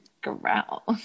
growl